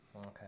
Okay